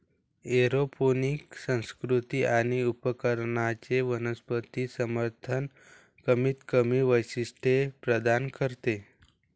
aeroponic संस्कृती आणि उपकरणांचे वनस्पती समर्थन कमीतकमी वैशिष्ट्ये प्रदान करते